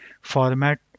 format